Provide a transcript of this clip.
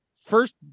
first